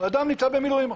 הוא במילואים.